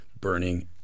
burning